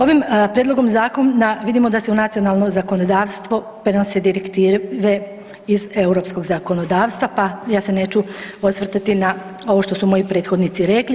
Ovim prijedlogom zakona vidimo da se u nacionalno zakonodavstvo prenose direktive iz europskog zakonodavstva, pa ja se neću osvrtati na ovo što su moji prethodnici rekli.